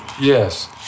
Yes